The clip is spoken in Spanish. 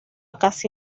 casi